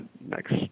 next